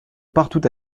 partout